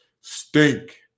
stink